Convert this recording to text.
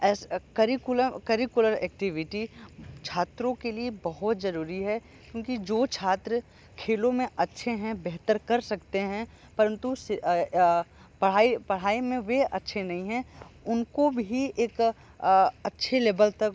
ऐसे curricular activity छात्रों के लिए बहुत जरूरी है क्योंकि जो छात्र खेलों में अच्छे हैं बेहतर कर सकते हैं परन्तु पढ़ाई पढ़ाई में वे अच्छे नहीं हैं उनको भी एक अच्छे लेवल तक